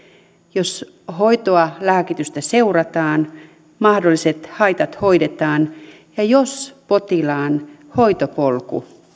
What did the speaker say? jos hoitoa ja lääkitystä seurataan mahdolliset haitat hoidetaan ja jos potilaan hoitopolku